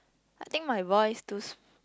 I think my voice too